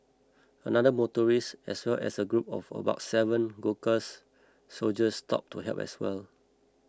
another motorist as well as a group of about seven Gurkha soldiers stopped to help as well